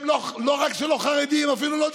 לא רק שהם לא חרדים, הם אפילו לא דתיים.